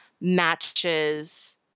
matches